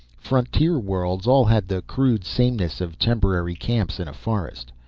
frontier worlds all had the crude sameness of temporary camps in a forest.